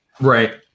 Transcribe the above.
Right